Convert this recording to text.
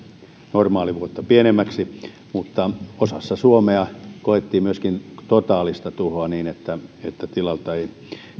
normaalivuotta pienemmäksi mutta osassa suomea koettiin myöskin totaalista tuhoa niin että että tilalta ei